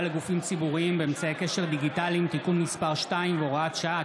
לגופים ציבוריים באמצעי קשר דיגיטליים (תיקון מס' 2 והוראת שעה),